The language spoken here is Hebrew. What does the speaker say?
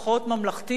פחות ארץ-ישראל,